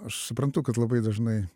aš suprantu kad labai dažnai